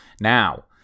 Now